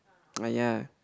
ah ya